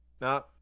No